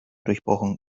durchbrochen